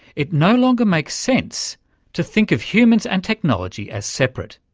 it no longer makes sense to think of humans and technology as separate.